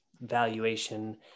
valuation